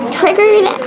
triggered